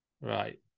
Right